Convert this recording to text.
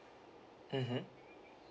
mmhmm